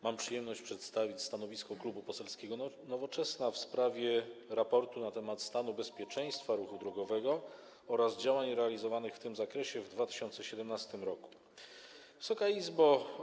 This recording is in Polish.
Mam przyjemność przedstawić stanowisko Klubu Poselskiego Nowoczesna w sprawie raportu na temat stanu bezpieczeństwa ruchu drogowego oraz działań realizowanych w tym zakresie w 2017 r. Wysoka Izbo!